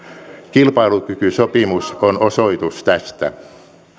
kilpailukykysopimus on osoitus tästä